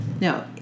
No